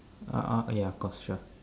uh ya of course sure